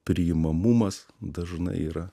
priimamumas dažnai yra